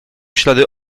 ślady